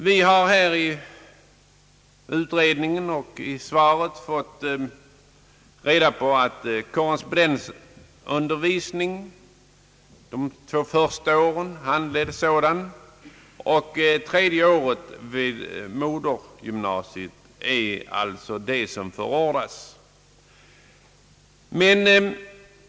Vi har genom utredningen och interpellationssvaret fått reda på att handledd korrespondensundervisning under de två första åren och studier vid modergymnasiet under det tredje året är det alternativ som förordas.